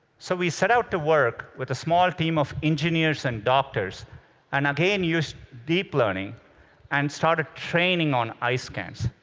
so we set out to work with a small team of engineers and doctors and, again, use deep learning and started training on eye scans.